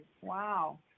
Wow